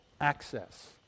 access